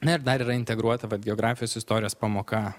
na ir dar yra integruota vat geografijos istorijos pamoka